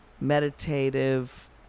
meditative